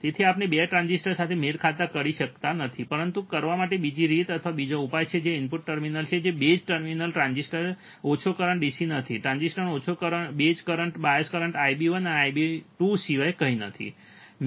તેથી આપણે 2 ટ્રાન્ઝિસ્ટર સાથે મેળ ખાતા કશું કરી શકતા નથી પરંતુ તે કરવા માટે બીજી રીત અથવા બીજો ઉપાય છે કે જે ઇનપુટ ટર્મિનલ્સ છે જે બેઝ ટર્મિનલ ટ્રાન્ઝિસ્ટર ઓછો કરંટ DC નથી ટ્રાન્ઝિસ્ટર્સનો ઓછો બેઝ કરંટ આ બાયસ કરંટ IB1 અને IB2 સિવાય કંઈ નથી